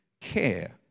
care